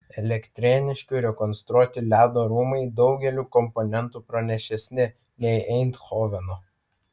elektrėniškių rekonstruoti ledo rūmai daugeliu komponentų pranašesni nei eindhoveno